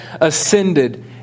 ascended